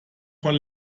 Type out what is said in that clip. von